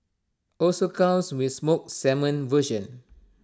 also comes with smoked salmon version